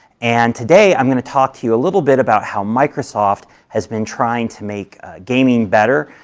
and today i'm going to talk to you a little bit about how microsoft has been trying to make gaming better,